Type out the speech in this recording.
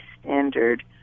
standard